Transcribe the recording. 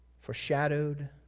foreshadowed